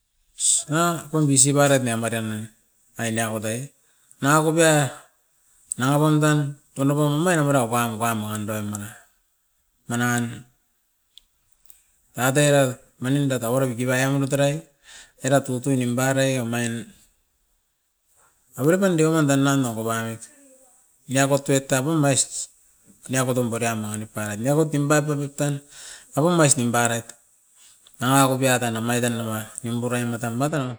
na pom bisi bairet nia marian ai, ai niakot ai nanga kop ia, nanga pam tan matapo pomai na mara opam opam orandoin nanga. Manan, nanga teira maninda tauara kiki pai amunu tarai era tutu nimparai omain. Avere pan deuman dan nan oko parait, niakot oit tapum ais-s niakot um boria mangi nip parait niakot nimpa oit tu tan, apum ais nimpariet. Nanga kopia tan amait tan nimpa, nimpurai matan, matan o.